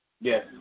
Yes